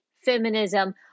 feminism